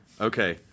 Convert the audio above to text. Okay